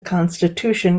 constitution